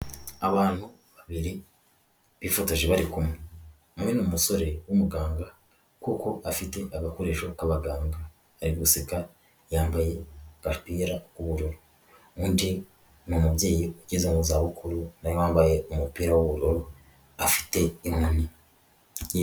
Abantu babiri bifotoje bari kumwe, umwe ni umusore w'umuganga kuko afite agakoresho k'abaganga ari guseka, yambaye agapira k'ubururu, undi ni umubyeyi ugeze mu za bukuru nawe wambaye umupira w'ubururu afite inkoni.